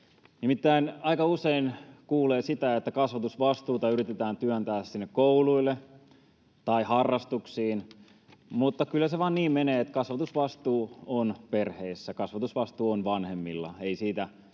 Nimittäin aika usein kuulee, että kasvatusvastuuta yritetään työntää sinne kouluille tai harrastuksiin. Mutta kyllä se vain niin menee, että kasvatusvastuu on perheessä, kasvatusvastuu on vanhemmilla, ei siitä mihinkään